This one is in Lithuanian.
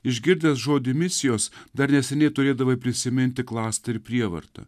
išgirdęs žodį misijos dar neseniai turėdavai prisiminti klasta ir prievarta